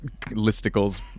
listicles